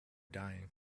dying